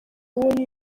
uwo